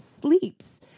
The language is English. sleeps